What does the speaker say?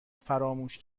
فراموش